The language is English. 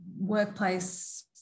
workplace